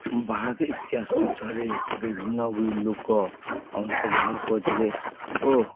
ଭାରତ ଇତିହାସ ଯୁଦ୍ଧରେ ବିଭିନ୍ନ ଲୋକ ଅଂଶଗ୍ରହଣ କରିଥିଲେ ଓ